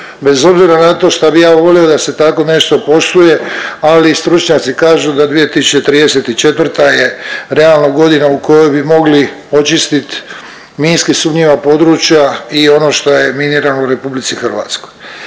bez obzira na to šta bi ja volio da se tako nešto posluje, ali stručnjaci kažu da 2034. realno godina u kojoj bi mogli očistit minski sumnjiva područja i ono što je minirano u RH.